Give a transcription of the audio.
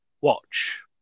watch